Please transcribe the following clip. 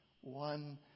one